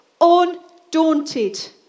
undaunted